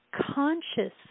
conscious